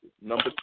number